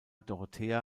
dorothea